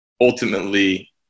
ultimately –